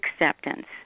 acceptance